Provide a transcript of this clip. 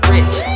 Rich